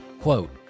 Quote